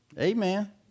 Amen